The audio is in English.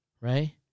right